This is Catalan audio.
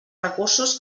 recursos